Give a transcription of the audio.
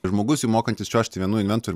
žmogus jau mokantis čiuožti vienu inventorium